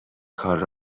کار